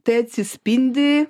tai atsispindi